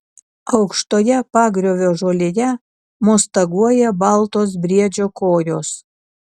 aukštoje pagriovio žolėje mostaguoja baltos briedžio kojos